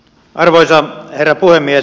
arvoisa herra puhemies